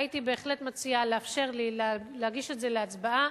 הייתי בהחלט מציעה לאפשר לי להגיש את זה להצבעה.